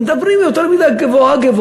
אבל מדברים יותר מדי גבוהה-גבוהה,